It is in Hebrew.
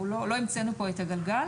לא המצאנו פה את הגלגל,